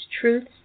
truths